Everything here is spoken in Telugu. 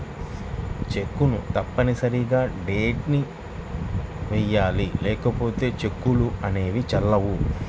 చెక్కును తప్పనిసరిగా డేట్ ని వెయ్యాలి లేకపోతే చెక్కులు అనేవి చెల్లవు